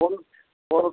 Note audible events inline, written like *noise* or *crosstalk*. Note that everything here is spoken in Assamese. কোন *unintelligible*